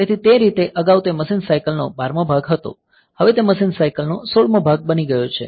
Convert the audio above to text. તેથી તે રીતે અગાઉ તે મશીન સાઇકલ નો બારમો ભાગ હતો હવે તે મશીન સાઇકલ નો 16 મો ભાગ બની ગયો છે